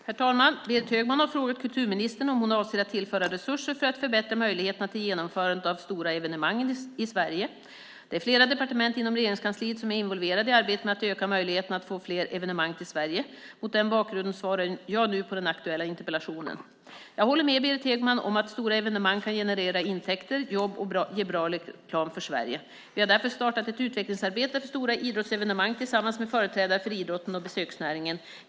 Herr talman! Berit Högman har frågat kulturministern om hon avser att tillföra resurser för att förbättra möjligheterna till genomförandet av stora evenemang i Sverige. Det är flera departement inom Regeringskansliet som är involverade i arbetet med att öka möjligheterna att få fler evenemang till Sverige. Mot den bakgrunden svarar jag nu på den aktuella interpellationen. Jag håller med Berit Högman om att stora evenemang kan generera intäkter, jobb och ge bra reklam för Sverige. Vi har därför startat ett utvecklingsarbete för stora idrottsevenemang tillsammans med företrädare för idrotten och besöksnäringen.